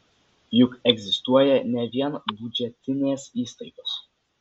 juk egzistuoja ne vien biudžetinės įstaigos